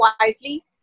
quietly